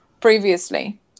previously